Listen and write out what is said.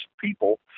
people